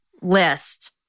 list